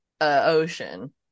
ocean